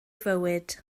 fywyd